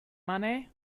money